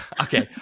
Okay